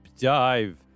dive